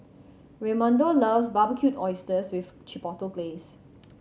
Raymundo loves Barbecued Oysters with Chipotle Glaze